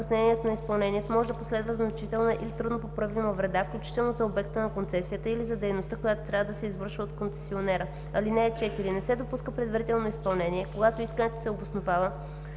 закъснението на изпълнението може да последва значителна или трудно поправима вреда, включително за обекта на концесията или за дейността, която трябва да се извършва от концесионера. (4) Не се допуска предварително изпълнение, когато искането се обосновава